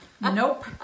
Nope